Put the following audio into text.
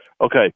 Okay